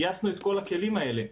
גייסנו את כל הכלים האלה.